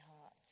heart